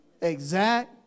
exact